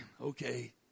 okay